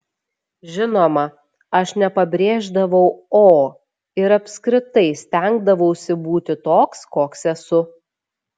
žinoma aš nepabrėždavau o ir apskritai stengdavausi būti toks koks esu